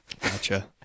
Gotcha